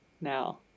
now